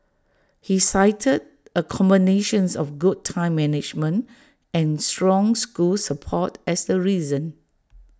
he cited A combinations of good time management and strong school support as the reason